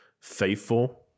faithful